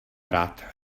rád